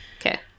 Okay